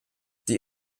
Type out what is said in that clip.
die